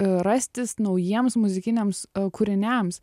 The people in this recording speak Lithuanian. rastis naujiems muzikiniams kūriniams